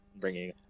bringing